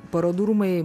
parodų rūmai